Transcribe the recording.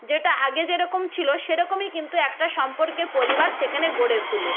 যেটা আগে যেরকম ছিলো সেরকমই কিন্তু একটা সম্পর্কের পরিবার সেখানে গড়ে তোলে